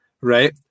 right